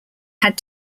had